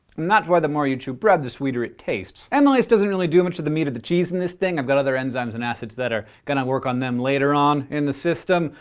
and that's why the more you chew bread, the sweeter it tastes. amylase doesn't really do much to the meat or the cheese in this thing. i've got other enzymes and acids that are going to work on them later on in the system,